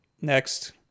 Next